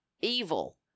evil